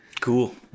cool